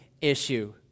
issue